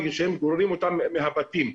כשגוררים אותם מהבתים,